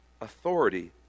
authority